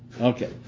Okay